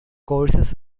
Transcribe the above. courses